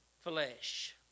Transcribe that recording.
flesh